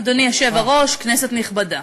אדוני היושב-ראש, כנסת נכבדה,